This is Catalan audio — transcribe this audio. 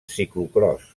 ciclocròs